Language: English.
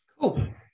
Cool